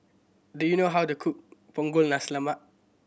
do you know how to cook Punggol Nasi Lemak